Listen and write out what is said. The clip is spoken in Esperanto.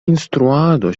instruado